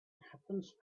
happens